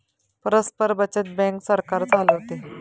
परस्पर बचत बँक सरकार चालवते